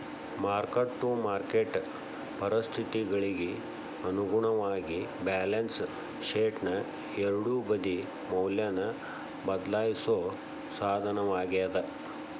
mark to market ಪರಿಸ್ಥಿತಿಗಳಿಗಿ ಅನುಗುಣವಾಗಿ balance ಶೇಟ್ನ ಎರಡೂ ಬದಿ ಮೌಲ್ಯನ ಬದ್ಲಾಯಿಸೋ ಸಾಧನವಾಗ್ಯಾದ